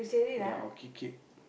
ya or kick it